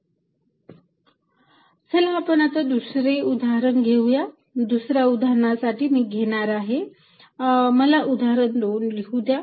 Fxqλ2π0x चला आपण दुसरे उदाहरण घेऊ या दुसऱ्या उदाहरणासाठी मी घेणार आहे मला उदाहरण 2 लिहू द्या